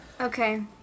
Okay